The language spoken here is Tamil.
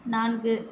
நான்கு